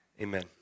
Amen